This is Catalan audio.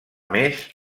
més